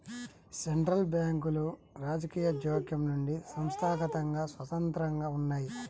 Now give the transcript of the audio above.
central బ్యాంకులు రాజకీయ జోక్యం నుండి సంస్థాగతంగా స్వతంత్రంగా ఉన్నయ్యి